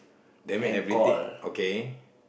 they made everything okay